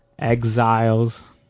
Exiles